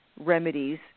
remedies